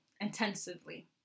Intensively